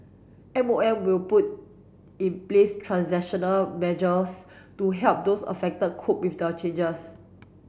M O M will put in place transactional measures to help those affected cope with the changes